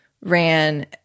ran